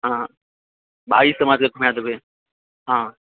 हँ भाइ समझकर घुमा देबए हँ